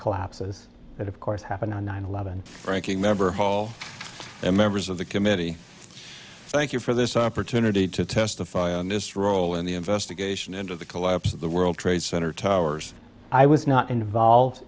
collapses that of course happened on nine eleven ranking member hall and members of the committee thank you for this opportunity to testify on this role in the investigation into the collapse of the world trade center towers i was not involved